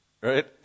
Right